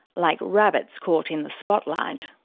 like rabbits caught in the spotlight.